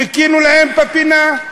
חיכינו להם בפינה,